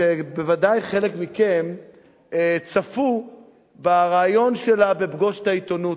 ובוודאי חלק מכם צפו בריאיון שלה ב"פגוש את העיתונות"